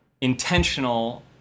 intentional